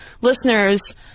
listeners